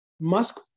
Musk